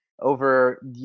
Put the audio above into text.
over